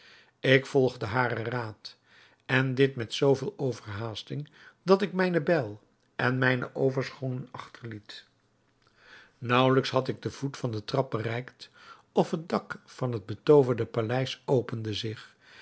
ik volgde haren raad en dit met zoo veel overhaasting dat ik mijne bijl en mijne overschoenen achterliet naauwelijks had ik den voet van den trap bereikt of het dak van het betooverde paleis opende zich